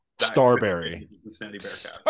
Starberry